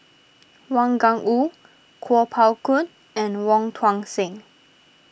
Wang Gungwu Kuo Pao Kun and Wong Tuang Seng